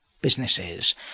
businesses